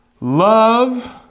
love